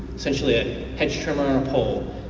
essentially a hedge trimmer on a pole.